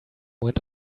went